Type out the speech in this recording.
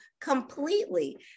completely